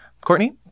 Courtney